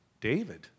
David